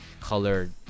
colored